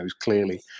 clearly